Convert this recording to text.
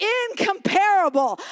incomparable